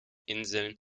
inseln